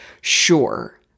sure